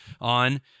on